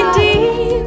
deep